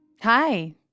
Hi